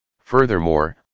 Furthermore